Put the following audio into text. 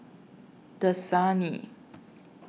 Dasani